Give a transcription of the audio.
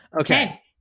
Okay